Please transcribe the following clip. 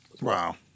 Wow